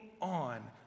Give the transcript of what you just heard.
on